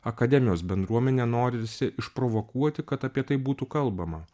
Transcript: akademijos bendruomenę norisi išprovokuoti kad apie tai būtų kalbama